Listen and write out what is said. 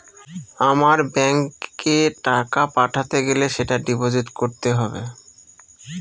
আমার ব্যাঙ্কে টাকা পাঠাতে গেলে সেটা ডিপোজিট করতে হবে